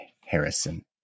Harrison